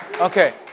okay